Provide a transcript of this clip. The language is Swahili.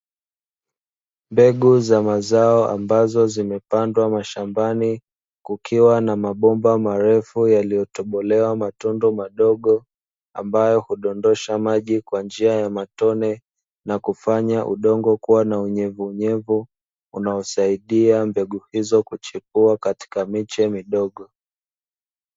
Mbegu za mazao ambazo zimepandwa mashambani kukiwa na mabomba marefu yaliyo yaliyotobolewa matundu madogo, ambayo hudondosha maji kwa njia ya matone na kufanya udongo kuwa na unyevunyevu unaosaidia mbegu hizo kuchipua katika miche midogo.